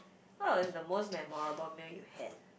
what was the most memorable meal you had